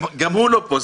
גם הוא לא פה.